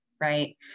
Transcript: Right